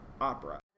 opera